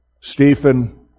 Stephen